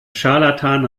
scharlatan